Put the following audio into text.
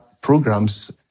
programs